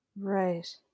Right